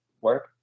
work